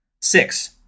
Six